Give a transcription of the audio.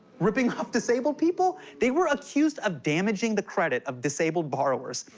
ripping off disabled people? they were accused of damaging the credit of disabled borrowers.